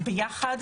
ביחד.